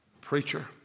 Preacher